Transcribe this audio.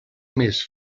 més